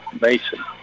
Mason